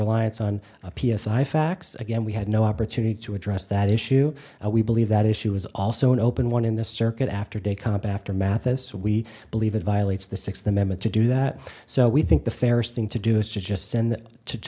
reliance on a p s i i fax again we had no opportunity to address that issue and we believe that issue is also an open one in the circuit after day comp aftermath as we believe it violates the sixth amendment to do that so we think the fairest thing to do is just send t